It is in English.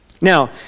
Now